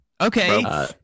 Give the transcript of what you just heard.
Okay